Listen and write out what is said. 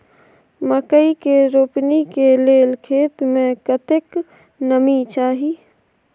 मकई के रोपनी के लेल खेत मे कतेक नमी चाही?